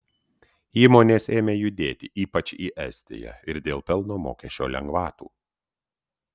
įmonės ėmė judėti ypač į estiją ir dėl pelno mokesčio lengvatų